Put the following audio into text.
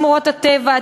שמורות הטבע,